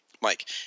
Mike